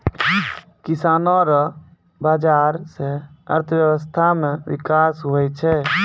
किसानो रो बाजार से अर्थव्यबस्था मे बिकास हुवै छै